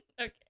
Okay